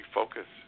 focus